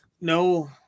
no